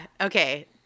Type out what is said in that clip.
Okay